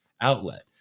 outlet